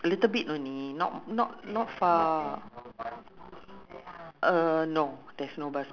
uh ah then you can ya lah it's but the base is still prawn noodle lah you can have lobster